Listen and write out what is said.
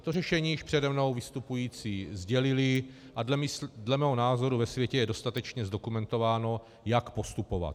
To řešení už přede mnou vystupující sdělili a dle mého názoru ve světě je dostatečně zdokumentováno, jak postupovat.